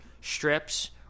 strips